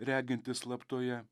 regintis slaptoje